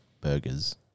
burgers